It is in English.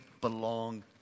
belong